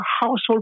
household